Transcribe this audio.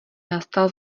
nastal